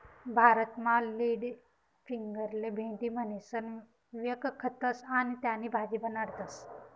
भारतमा लेडीफिंगरले भेंडी म्हणीसण व्यकखतस आणि त्यानी भाजी बनाडतस